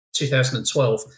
2012